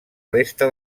resta